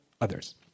others